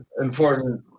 important